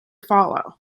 follow